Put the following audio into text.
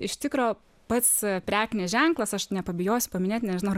iš tikro pats prekinis ženklas aš nepabijosiu paminėt nežinau ar